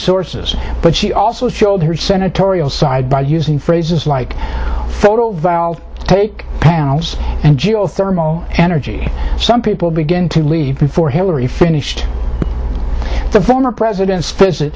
sources but she also showed her senatorial side by using phrases like photo take panels and geothermal energy some people begin to leave before hillary finished the former president's visit